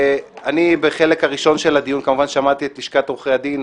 אני בחלק הראשון של הדיון כמובן ששמעתי את לשכת עורכי הדין,